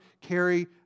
carry